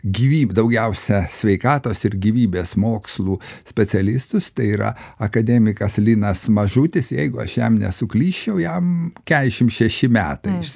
gyvybių daugiausiai sveikatos ir gyvybės mokslų specialistus tai yra akademikas linas mažutis jeigu aš jam nesuklysčiau jam keturiasdešimt šeši metai